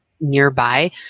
nearby